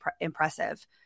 impressive